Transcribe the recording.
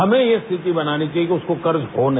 हमें ये स्थिति बनानी चाहिए कि उसको कर्ज हो नहीं